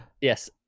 Yes